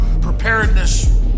preparedness